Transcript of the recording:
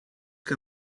que